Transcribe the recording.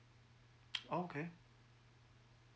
okay